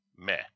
meh